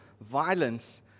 violence